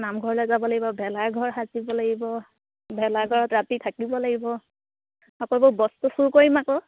নামঘৰলৈ যাব লাগিব ভেলা ঘৰ সাজিব লাগিব ভেলাঘৰত ৰাতি থাকিব লাগিব আকৌ এইবোৰ বস্তু চুৰ কৰিম আকৌ